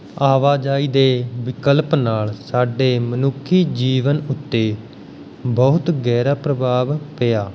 ਆਵਾਜਾਈ ਦੇ ਵਿਕਲਪ ਨਾਲ਼ ਸਾਡੇ ਮਨੁੱਖੀ ਜੀਵਨ ਉੱਤੇ ਬਹੁਤ ਗਹਿਰਾ ਪ੍ਰਭਾਵ ਪਿਆ